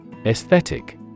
Aesthetic